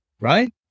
Right